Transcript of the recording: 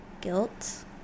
guilt